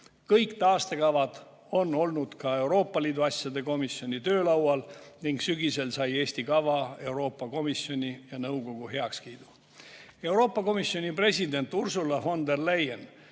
Kõik taastekavad on olnud ka Euroopa Liidu asjade komisjoni töölaual ning sügisel sai Eesti kava Euroopa Komisjoni ja nõukogu heakskiidu. Euroopa Komisjoni president Ursula von der Leyen